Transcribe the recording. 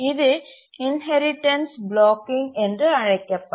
இது inheritance blocking என்று அழைக்கப்படும்